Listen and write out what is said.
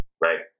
Right